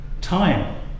Time